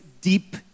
deep